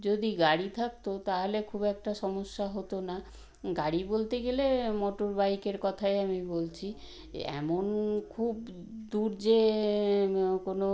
যদি গাড়ি থাকতো তাহলে খুব একটা সমস্যা হতো না গাড়ি বলতে গেলে মটরবাইকের কথাই আমি বলছি এমন খুব দূর যে কোনো